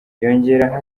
yongeraho